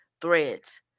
Threads